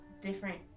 different